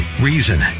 reason